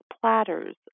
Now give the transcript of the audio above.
platters